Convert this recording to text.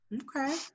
okay